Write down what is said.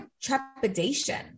trepidation